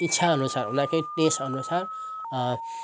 इच्छाअनुसार उनीहरूकै टेस्टअनुसार